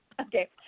Okay